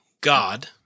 God